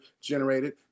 generated